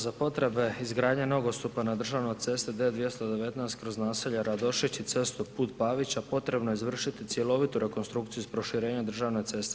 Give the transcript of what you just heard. Za potrebe izgradnje nogostupa na državnoj cesti D219 kroz naselja Radošić i cestu Put Pavića potrebno je izvršiti cjelovitu rekonstrukciju sa proširenjem državne ceste.